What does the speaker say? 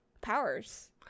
powers